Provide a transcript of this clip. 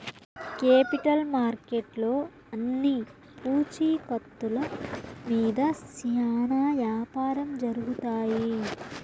capital మార్కెట్లో అన్ని పూచీకత్తుల మీద శ్యానా యాపారం జరుగుతాయి